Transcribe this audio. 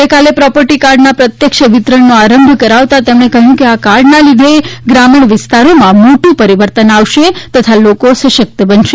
ગઇકાલે પ્રોપર્ટી કાર્ડના પ્રત્યક્ષ વિતરણનો આરંભ કરાવતા તેમણે કહયું હતું કે આ કાર્ડના લીધે ગ્રામીણ વિસ્તારોમાં મોટુ પરીવર્તન આવશે તથા લોકો સશકત બનશે